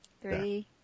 Three